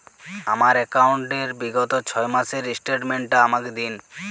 আমার অ্যাকাউন্ট র বিগত ছয় মাসের স্টেটমেন্ট টা আমাকে দিন?